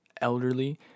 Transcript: elderly